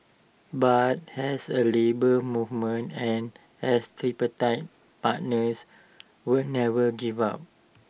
but as A Labour Movement and as tripartite partners we never give up